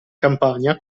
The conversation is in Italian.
campagna